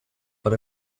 but